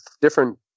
different